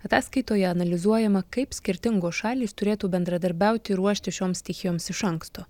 ataskaitoje analizuojama kaip skirtingos šalys turėtų bendradarbiauti ruoštis šioms stichijoms iš anksto